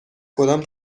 کدام